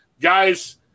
guys